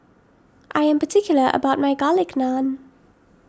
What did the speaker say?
I am particular about my Garlic Naan